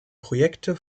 projekte